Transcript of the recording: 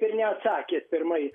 ir neatsakėt pirmai